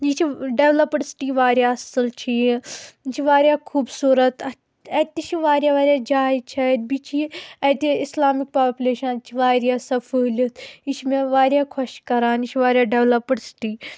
یہِ چھِ developed city واریاہ اَصٕل چھِ یہِ یہِ چھِ واریاہ خوٗبصوٗرت اَتھ اَتہِ تہِ چھِ واریاہ واریاہ جایہِ چھے اَتہِ بیٚیہِ چھِ یہِ اَتہِ اِسلامِک پاپلیشن چھِ واریاہ سۄ پھٲلِتھ یہِ چھِ مےٚ واریاہ خۄش کَران یہِ چھِ واریاہ ڈٮ۪ولَپٕڈ سِٹی